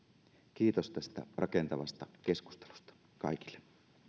kiitos tästä rakentavasta keskustelusta kaikille